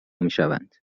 میشوند